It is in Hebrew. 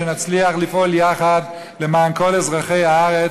שנצליח לפעול יחד למען כל אזרחי הארץ,